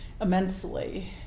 immensely